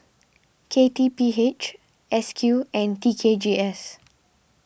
K T P H S Q and T K G S